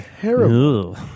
terrible